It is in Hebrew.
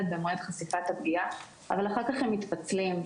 במועד חשיפת הפגיעה אבל אחר כך הם מתפצלים,